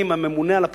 במקום "סעיף קטן".